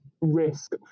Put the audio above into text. risk